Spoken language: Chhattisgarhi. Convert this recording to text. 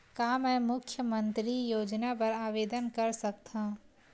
का मैं मुख्यमंतरी योजना बर आवेदन कर सकथव?